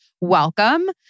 Welcome